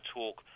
talk